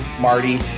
Marty